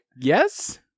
Yes